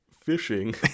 fishing